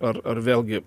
ar ar vėlgi